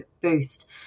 boost